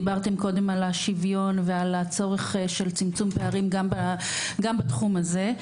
דיברתם קודם על השוויון ועל הצורך של צמצום פערים גם בתחום הזה.